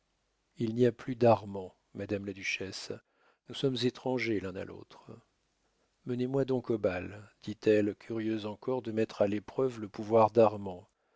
il n'y a plus d'armand madame la duchesse nous sommes étrangers l'un à l'autre menez-moi donc au bal dit-elle curieuse encore de mettre à l'épreuve le pouvoir d'armand